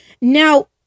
now